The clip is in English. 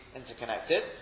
interconnected